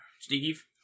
Steve